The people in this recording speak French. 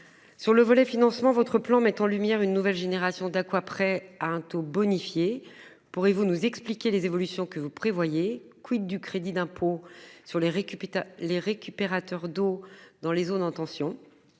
Sur le volet financement votre plan met en lumière une nouvelle génération d'Aqua prêt à un taux bonifié pourrez-vous nous expliquer les évolutions que vous prévoyez. Quid du crédit d'impôt sur les récupérer les récupérateurs d'eau dans les zones en tension.